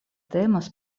temas